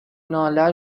ناله